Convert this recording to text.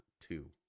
two